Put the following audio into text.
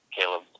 Caleb